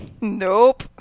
Nope